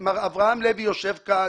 מר אברהם לוי יושב כאן